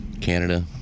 Canada